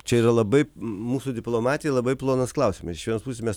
čia yra labai mūsų diplomatijai labai plonas klausimas iš vienos pusės mes